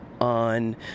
on